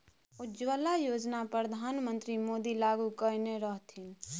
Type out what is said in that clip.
उज्जवला योजना परधान मन्त्री मोदी लागू कएने रहथिन